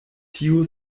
tio